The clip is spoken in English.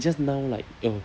just now like oh